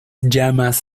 llamas